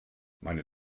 meine